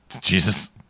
Jesus